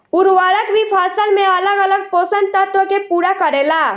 उर्वरक भी फसल में अलग अलग पोषण तत्व के पूरा करेला